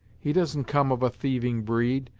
he doesn't come of a thieving breed,